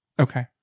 Okay